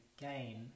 gain